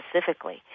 specifically